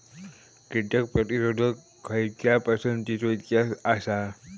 कीटक प्रतिरोधक खयच्या पसंतीचो इतिहास आसा?